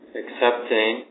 accepting